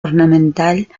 ornamental